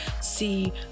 see